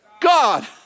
God